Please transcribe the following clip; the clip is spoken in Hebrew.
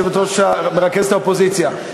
מרכזת האופוזיציה,